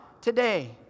today